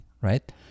right